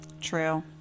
True